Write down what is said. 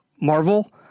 Marvel